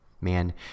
Man